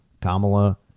Kamala